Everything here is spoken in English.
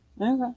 Okay